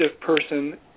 person